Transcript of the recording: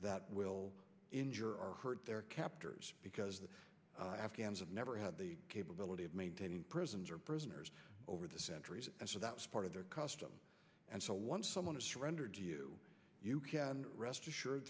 that will injure or hurt their captors because the afghans have never had the capability of maintaining prisons or prisoners over the centuries and so that was part of their custom and so once someone has surrendered to you you can rest assured